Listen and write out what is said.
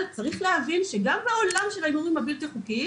אבל צריך להבין שגם בעולם של ההימורים הבלתי חוקיים